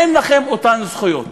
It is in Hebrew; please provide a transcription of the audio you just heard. אין לכם אותן זכויות.